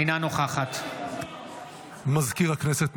אינה נוכחת מזכיר הכנסת,